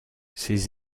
ces